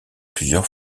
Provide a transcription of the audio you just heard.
plusieurs